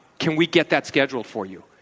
can we get that scheduled for you?